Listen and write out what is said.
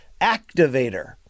activator